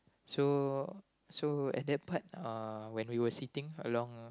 so so at that part uh when we were sitting along